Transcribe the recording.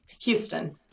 Houston